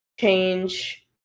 change